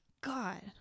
God